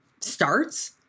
starts